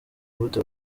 gute